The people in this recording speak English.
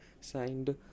signed